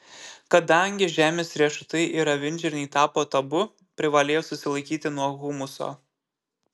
kadangi žemės riešutai ir avinžirniai tapo tabu privalėjo susilaikyti nuo humuso